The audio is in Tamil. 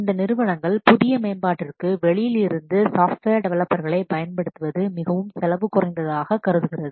இந்த நிறுவனங்கள் புதிய மேம்பாட்டிற்கு வெளியிலிருந்து சாஃப்ட்வேர் டெவலப்பர்களை பயன்படுத்துவது மிகவும் செலவு குறைந்ததாக கருதுகிறது